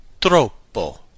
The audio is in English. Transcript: Troppo